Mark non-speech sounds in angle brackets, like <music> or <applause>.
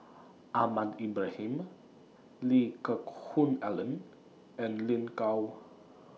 Ahmad Ibrahim <noise> Lee Geck Hoon Ellen and Lin Gao